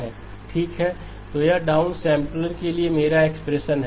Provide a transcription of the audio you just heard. XDX1Z1M 1M k0M 1 X Z1MWkM तो यह downsampler के लिए मेरा एक्सप्रेशन है